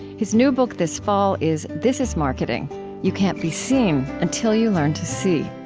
his new book this fall is this is marketing you can't be seen until you learn to see.